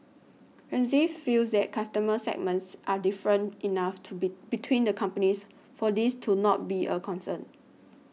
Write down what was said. Ramsay feels that customer segments are different enough to be between the companies for this to not be a concern